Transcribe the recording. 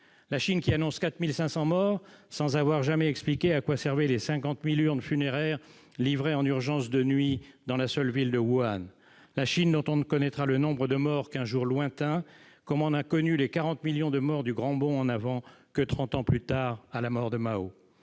La Chine qui annonce 4 500 morts sans avoir jamais expliqué à quoi servaient les 50 000 urnes funéraires livrées en urgence, de nuit, dans la seule ville de Wuhan. La Chine dont on ne connaîtra le nombre de morts qu'un jour lointain, comme on n'a connu les 40 millions de morts du Grand Bond en avant que trente ans plus tard, à la mort de Mao.